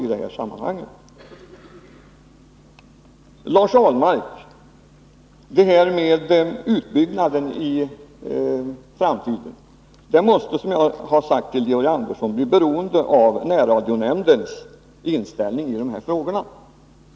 Till Lars Ahlmark vill jag säga att den framtida utbyggnaden måste, som jag har sagt till Georg Andersson, bli beroende av närradionämndens inställning i dessa frågor.